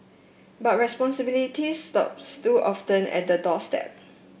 but responsibility stops too often at the doorstep